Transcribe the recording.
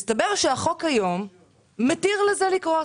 מסתבר שהחוק היום מתיר לזה לקרות.